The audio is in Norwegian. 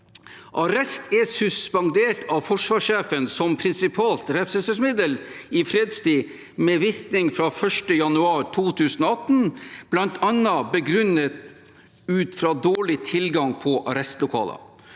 Arrest er suspendert av forsvarssjefen som prinsipalt refselsesmiddel i fredstid med virkning fra 1. januar 2018, bl.a. begrunnet ut fra dårlig tilgang på arrestlokaler.